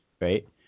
Right